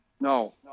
No